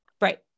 right